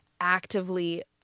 actively